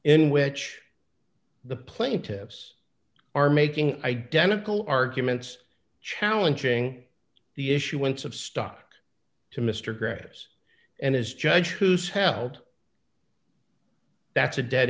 in which the plaintiffs are making identical arguments challenging the issuance of stock to mr grabbers and his judge who's held that's a dead